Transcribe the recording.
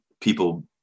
people